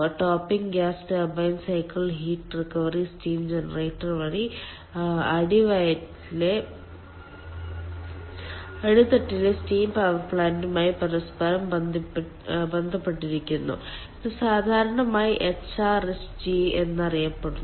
topping gas turbine cycle heat recovery steam generator വഴി അടിവയറ്റിലെ steam power പ്ലാന്റുമായി പരസ്പരം ബന്ധപ്പെട്ടിരിക്കുന്നു ഇത് സാധാരണയായി HRSG എന്നറിയപ്പെടുന്നു